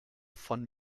von